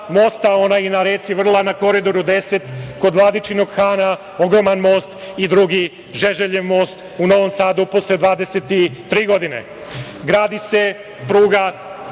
onaj na reci Vrla na Koridoru 10 kod Vladičinog Hana, ogroman most i drugi „Žeželjev most“ u Novom Sadu posle 23 godine. Gradi se pruga